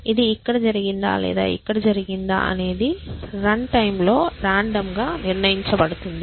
ఇది ఇక్కడ జరిగిందా లేదా ఇక్కడ జరిగిందా అనేది రన్ టైమ్ లో రాండమ్ గా నిర్ణయించబడుతుంది